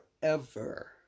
forever